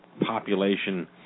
population